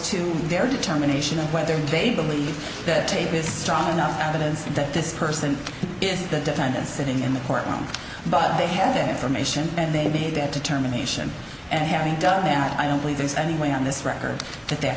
to their determination of whether they believe that tape is strong enough evidence that this person is the defendant sitting in the courtroom but they have that information and they did that determination and having done and i don't believe there's any way on this record that th